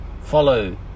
follow